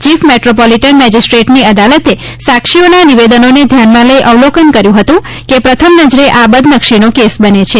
chief metropolitan મેજીસ્ટ્રેટની અદાલતે સાક્ષીઓના નિવેદનોને ધ્યાનમાં લઈ અવલોકન કર્યું હતું કે પ્રથમ નજરે આ બદનક્ષીનો કેસ બને છે